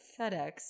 fedex